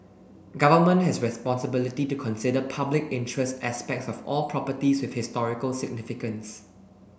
government has responsibility to consider public interest aspects of all properties with historical significance